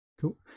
Cool